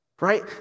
Right